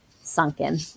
sunken